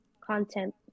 content